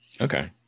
Okay